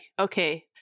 okay